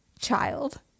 child